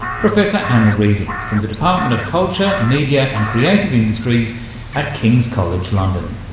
professor anna reading from the department of culture, media and creative industries at king's college london.